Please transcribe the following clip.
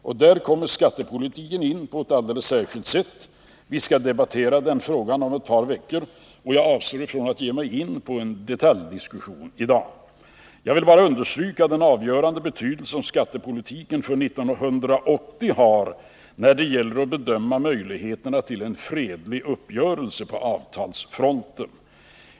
Därvid kommer skattepolitiken in på ett alldeles särskilt sätt. Vi skall debattera den frågan om ett par veckor, och jag avstår från att ge mig in på en detaljdiskussion i dag. Jag vill bara understryka den avgörande betydelse som skattepolitiken för 1980 har när det gäller att bedöma möjligheterna till en fredlig uppgörelse på avtalsfronten.